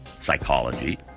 psychology